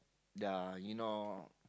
ya you know